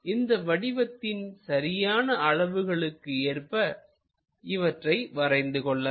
இந்த வடிவத்தின் சரியான அளவுகளுக்கு ஏற்ப இவற்றை வரைந்து கொள்ளலாம்